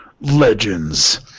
Legends